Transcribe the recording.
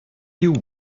you